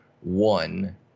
one